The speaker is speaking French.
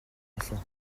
enfant